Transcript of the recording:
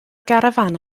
garafán